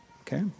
okay